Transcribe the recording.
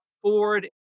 Ford